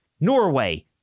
Norway